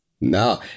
No